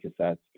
cassettes